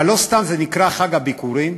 אבל לא סתם זה נקרא חג הביכורים,